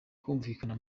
kumvikana